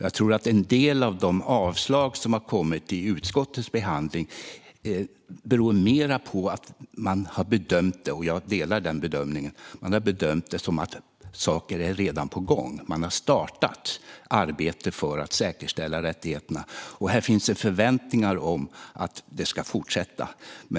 Jag tror att en del av de avslag som har kommit i utskottets behandling snarast beror på att man har bedömt det som att saker redan är på gång och att man har startat arbetet för att säkerställa rättigheterna. Jag delar denna bedömning. Här finns också förväntningar på att det ska fortsätta.